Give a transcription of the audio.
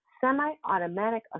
Semi-automatic